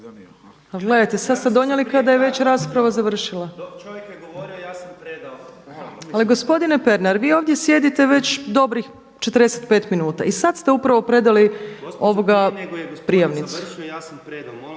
gospodine Pernar, vi ovdje sjedite već dobrih 45 minuta i sada ste upravo predali prijavnicu.